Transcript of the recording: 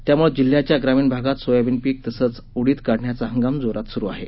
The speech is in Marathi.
त्यामुळे जिल्ह्याच्या ग्रामीण भागात सोयाबीन पीक तसंच उडीद काढण्याचा हंगाम जोरात सुरू आहे